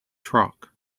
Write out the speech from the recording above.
truck